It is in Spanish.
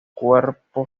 cuerpo